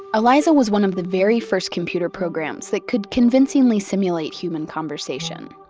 eliza was one of the very first computer programs that could convincingly simulate human conversation,